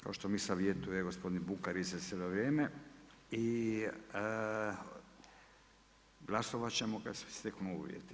Kao što mi savjetuje gospodin Bukarica cijelo vrijeme i glasovat ćemo kada se steknu uvjeti.